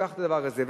לוקחת את הדבר הזה?